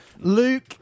Luke